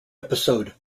episode